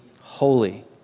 holy